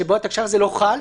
שבו התקש"ח הזה לא חל.